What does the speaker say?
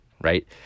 right